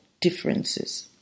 differences